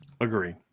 Agree